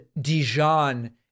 Dijon